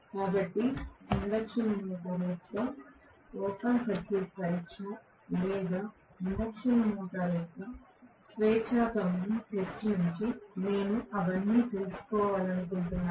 కాబట్టి induction motor యొక్క open circuit పరీక్ష లేదా ఇండక్షన్ మోటర్ యొక్క స్వెచ్చా గమనం టెస్ట్ నుండి నేను అవన్నీ తెలుసుకోవాలనుకున్నాను